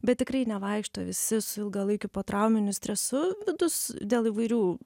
bet tikrai nevaikšto visi su ilgalaikiu potrauminiu stresu vidus dėl įvairių